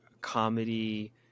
comedy